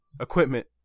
equipment